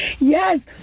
yes